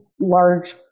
large